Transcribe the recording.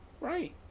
Right